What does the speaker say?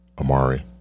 Amari